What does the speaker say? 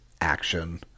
action